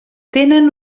tenen